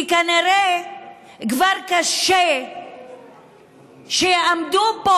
כי כנראה כבר קשה שיעמדו פה,